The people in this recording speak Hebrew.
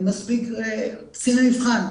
אין מספיק קציני מבחן,